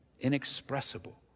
inexpressible